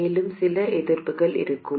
மேலும் சில எதிர்ப்பில் இருக்கும்